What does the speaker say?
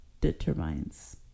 determines